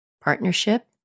partnership